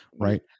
right